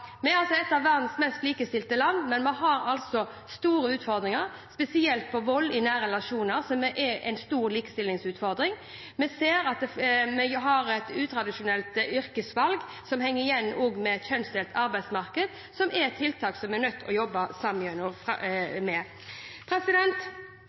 Vi er et av verdens mest likestilte land, men vi har store utfordringer spesielt når det gjelder vold i nære relasjoner, som er en stor likestillingsutfordring. Vi ser at vi har et utradisjonelt yrkesvalg som henger igjen også med et kjønnsdelt arbeidsmarked, og som vi er nødt til å jobbe med framover. Jeg er veldig glad for at representanten fra